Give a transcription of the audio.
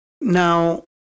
Now